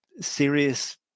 serious